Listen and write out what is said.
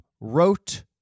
wrote